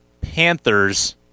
Panthers